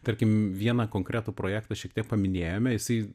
tarkim vieną konkretų projektą šiek tiek paminėjome jisai